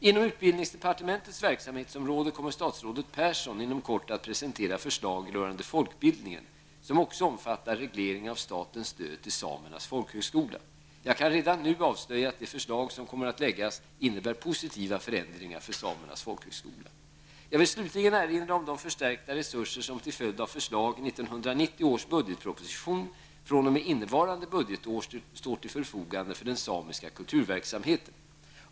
Inom utbildningsdepartementets verksamhetsområde kommer statsrådet Persson inom kort att presentera förslag rörande folkbildningen, vilket också omfattar reglering av statens stöd till samernas folkhögskola. Jag kan redan nu avslöja att det förslag som kommer att läggas fram, innebär positiva förändringar för samernas folkhögskola. Jag vill slutligen erinra om de förstärkta resurser, som till följd av förslag i 1990 års budgetproposition fr.o.m. innevarande budgetår står till förfogande för den samiska kulturverksamheten.